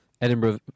Edinburgh